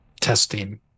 testing